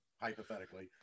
hypothetically